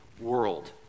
world